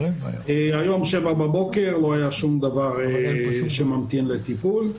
היום ב-7:00 בבוקר לא היה שום דבר שממתין לטיפול.